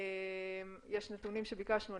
יש נתונים שביקשנו.